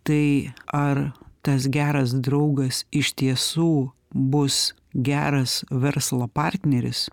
tai ar tas geras draugas iš tiesų bus geras verslo partneris